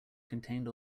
contained